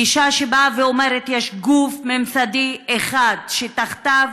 גישה שבאה ואומרת: יש גוף ממסדי אחד שתחתיו